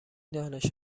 دانش